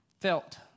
felt